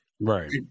Right